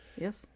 Yes